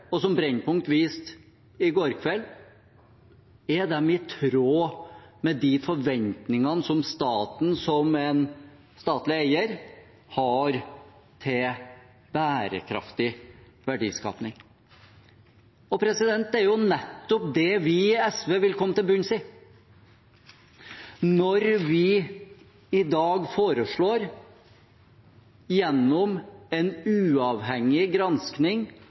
og som Brennpunkt viste i går kveld, i tråd med de forventningene som staten som en statlig eier har til bærekraftig verdiskaping? Det er jo nettopp det vi i SV vil komme til bunns i når vi i dag, gjennom en uavhengig